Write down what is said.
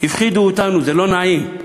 הפחידו אותנו, זה לא נעים.